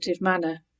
manner